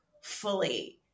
fully